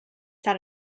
sat